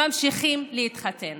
ממשיכים להתחתן